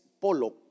polo